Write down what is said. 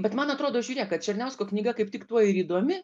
bet man atrodo žiūrėk kad černiausko knyga kaip tik tuo ir įdomi